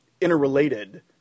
interrelated